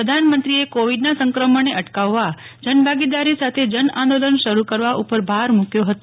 પ્રધાનમંત્રીએ કોવિડના સંક્રમણને અટકાવવા જનભાગદારી સાથે જનઆંદોલન શરૂ કરવા ઉપર ભાર મૂક્યો હતો